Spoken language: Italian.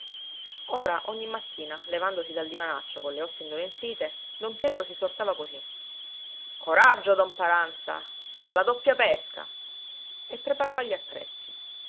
ora ogni mattina levandosi dal divanaccio con le ossa indolenzite don pietro si esortava cosí coraggio don paranza alla doppia pesca e preparava gli attrezzi